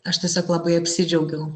aš tiesiog labai apsidžiaugiau